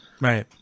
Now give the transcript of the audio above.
right